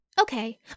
Okay